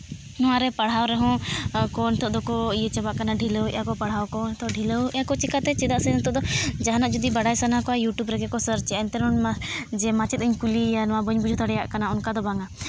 ᱱᱚᱣᱟ ᱨᱮ ᱯᱟᱲᱦᱟᱣ ᱨᱮᱦᱚᱸ ᱠᱚ ᱱᱤᱛᱚᱜ ᱫᱚᱠᱚ ᱤᱭᱟᱹ ᱪᱟᱵᱟᱜ ᱠᱟᱱᱟ ᱰᱷᱤᱞᱟᱣᱮᱫ ᱟᱠᱚ ᱯᱟᱲᱦᱟᱣ ᱠᱚᱦᱚᱸ ᱱᱤᱛᱚᱜ ᱰᱷᱤᱞᱟᱹᱣᱮᱫ ᱟᱠᱚ ᱪᱤᱠᱟᱹᱛᱮ ᱪᱮᱫᱟᱜ ᱥᱮ ᱱᱤᱛᱚᱜ ᱫᱚ ᱡᱟᱦᱟᱱᱟᱜ ᱡᱩᱫᱤ ᱵᱟᱲᱟᱭ ᱥᱟᱱᱟ ᱠᱚᱣᱟ ᱤᱭᱩᱴᱩᱵᱽ ᱨᱮᱜᱮ ᱠᱚ ᱥᱟᱨᱡᱮᱜᱼᱟ ᱮᱱᱛᱮ ᱨᱮᱦᱚᱸ ᱩᱱᱤᱢᱟ ᱢᱟᱪᱮᱫ ᱤᱧ ᱠᱩᱞᱤᱭᱮᱭᱟ ᱱᱚᱣᱟ ᱵᱟᱹᱧ ᱵᱩᱡᱷᱟᱹᱣ ᱫᱟᱲᱮᱭᱟᱜ ᱠᱟᱱᱟ ᱚᱱᱠᱟ ᱫᱚ ᱵᱟᱝ ᱟ